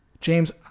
James